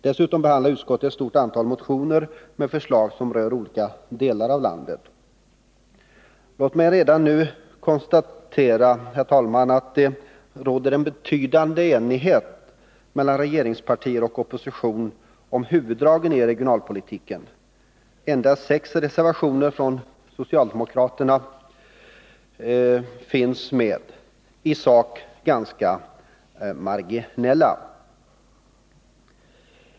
Dessutom behandlar utskottet ett stort antal motioner med förslag som rör olika delar av landet. Låt mig redan nu konstatera, herr talman, att det råder en betydande enighet mellan regeringspartier och opposition om huvuddragen i regionalpolitiken. Endast sex reservationer från socialdemokratiskt håll har avgetts, och de är i sak ganska marginella.